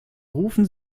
rufen